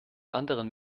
anderen